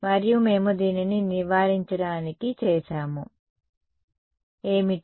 మరియు మేము దీనిని నివారించడానికి చేసాము ఏమిటి